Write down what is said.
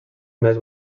més